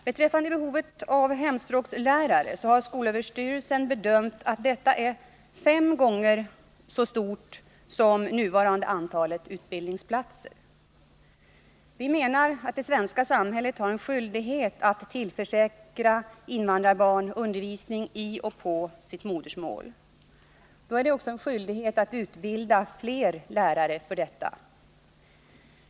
Behovet av hemspråkslärare har skolöverstyrelsen bedömt vara fem gånger så stort som nuvarande antalet utbildningsplatser. Vi menar att det svenska samhället har en skyldighet att tillförsäkra invandrarbarn undervisning i och på sitt modersmål. Då är det också en skyldighet att utbilda fler lärare för detta.